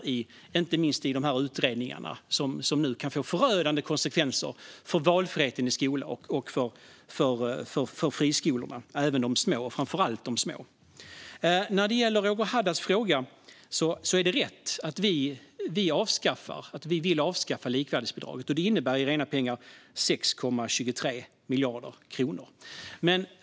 Det gäller inte minst de här utredningarna, som kan få förödande konsekvenser för valfriheten i skolan och för friskolorna, framför allt de små. När det gäller Roger Haddads fråga är det rätt att vi vill avskaffa likvärdighetsbidraget, vilket i rena pengar innebär 6,23 miljarder kronor.